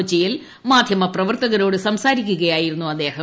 കൊച്ചിയിൽ മാധ്യമ പ്ര്വർത്തകരോട് സംസാരിക്കുകയായിരുന്നു അദ്ദേഹം